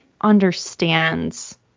understands